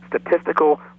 statistical